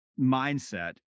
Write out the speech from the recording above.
mindset